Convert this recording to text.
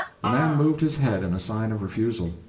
the man moved his head in sign of refusal.